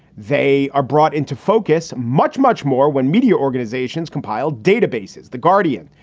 they are brought into focus much, much more when media organizations compile databases. the guardian,